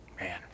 Man